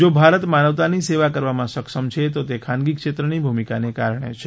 જો ભારત માનવતાની સેવા કરવામાં સક્ષમ છે તો તે ખાનગી ક્ષેત્રની ભૂમિકાને કારણે છે